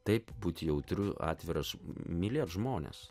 taip būti jautru atviras mylėt žmones